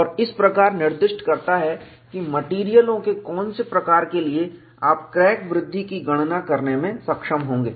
और इस प्रकार निर्दिष्ट करता है कि मेटेरियलों के कौन से प्रकार के लिए आप क्रैक वृद्धि की गणना करने में सक्षम होंगे